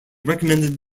recommended